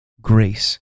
grace